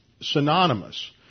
synonymous